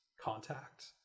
contact